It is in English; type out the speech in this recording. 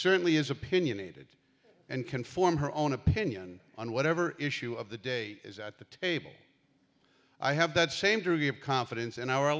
certainly is opinionated and can form her own opinion on whatever issue of the day is at the table i have that same degree of confidence in our